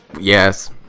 Yes